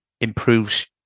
improves